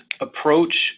approach